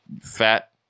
fat